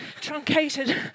truncated